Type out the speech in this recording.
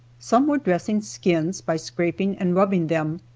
some were dressing skins by scraping and rubbing them,